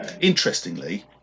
interestingly